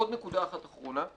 עוד נקודה אחת אחרונה.